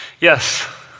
Yes